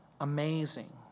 amazing